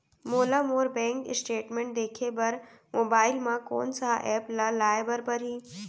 मोला मोर bank statement देखे बर मोबाइल मा कोन सा एप ला लाए बर परही?